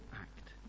act